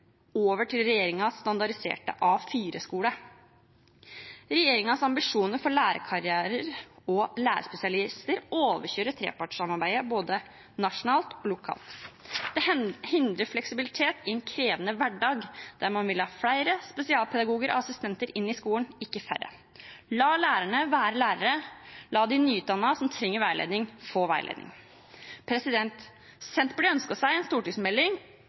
til regjeringens standardiserte A4-skole. Regjeringens ambisjoner for lærerkarrierer og lærerspesialister overkjører trepartssamarbeidet både nasjonalt og lokalt. Det hindrer fleksibilitet i en krevende hverdag, der man vil ha flere spesialpedagoger og assistenter inn i skolen – ikke færre. La lærerne være lærere! La de nyutdannede som trenger veiledning, få veiledning! Senterpartiet har ønsket seg en stortingsmelding